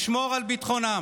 לשמור על ביטחונם.